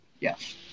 Yes